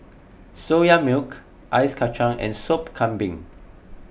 Soya Milk Ice Kachang and Sop Kambing